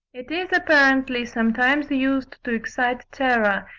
it is apparently sometimes used to excite terror,